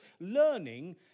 learning